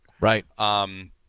Right